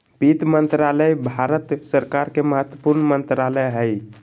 वित्त मंत्रालय भारत सरकार के महत्वपूर्ण मंत्रालय हइ